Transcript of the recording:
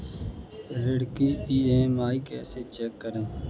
ऋण की ई.एम.आई कैसे चेक करें?